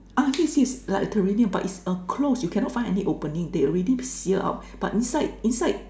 ah yes yes like a terrarium but is a closed you cannot find any opening they already seal up but inside inside